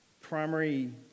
primary